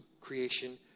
creation